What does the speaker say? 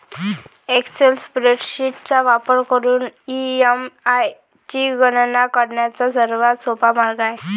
Excel spreadsheet चा वापर करून ई.एम.आय ची गणना करण्याचा सर्वात सोपा मार्ग आहे